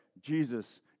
Jesus